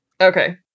Okay